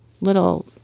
little